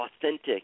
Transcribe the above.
authentic